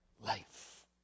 life